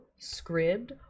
Scribd